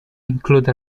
include